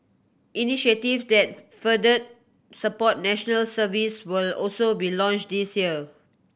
initiative that further support National Service will also be launched this year